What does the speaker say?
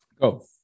Go